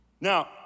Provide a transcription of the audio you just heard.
Now